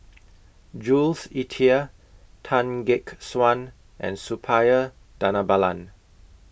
Jules Itier Tan Gek Suan and Suppiah Dhanabalan